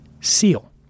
seal